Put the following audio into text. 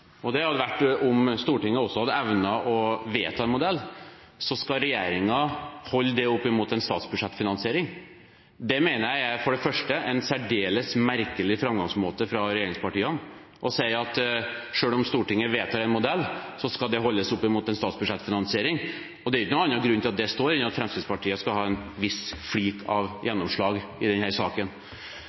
og det hadde det vært om Stortinget også hadde evnet å vedta en modell – så skal regjeringen holde det opp mot en statsbudsjettfinansiering. Det mener jeg for det første er en særdeles merkelig framgangsmåte fra regjeringspartiene: å si at selv om Stortinget vedtar en modell, så skal det holdes opp mot en statsbudsjettfinansiering. Det er ikke noen annen grunn til at det står der enn at Fremskrittspartiet skal ha en viss flik av gjennomslag i denne saken.